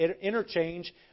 interchange